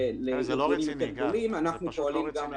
לאחר מכן, האוצר בא ואמר: לא, אנחנו נוסיף את זה